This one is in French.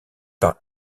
par